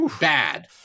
bad